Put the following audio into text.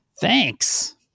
thanks